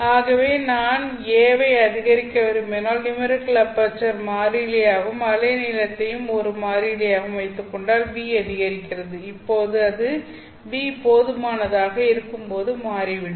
ஆகவே நான் a வை அதிகரிக்க விரும்பினால் நியூமெரிக்கல் அபெர்ச்சர் மாறிலியாகவும் அலை நீளத்தையும் ஒரு மாறிலியாகவும் வைத்துக்கொண்டால் V அதிகரிக்கிறது இப்போது அது V போதுமானதாக இருக்கும்போது மாறிவிடும்